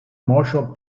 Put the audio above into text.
motion